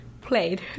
played